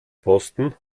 posten